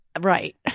Right